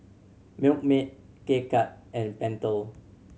Milkmaid K Cut and Pentel